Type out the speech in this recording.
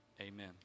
amen